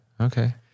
okay